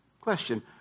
Question